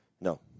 No